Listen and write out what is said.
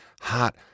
Hot